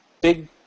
big